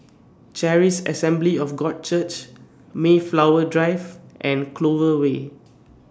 Charis Assembly of God Church Mayflower Drive and Clover Way